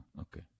okay